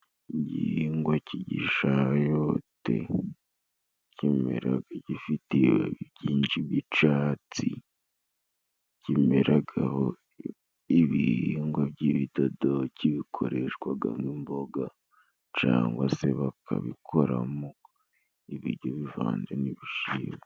Igihingwa k'igishayote kimeraga gifite ibibabi byinshi by'icatsi. Kimeragaho ibihingwa by'ibidodoki, bikoreshwaga nk'imboga cangwa se bakabikoramo ibijyo bivanze n'ibishimbo.